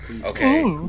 Okay